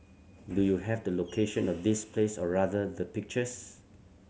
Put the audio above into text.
do you have the location of this place or rather the pictures